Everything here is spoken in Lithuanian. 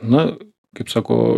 na kaip sako